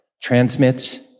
Transmit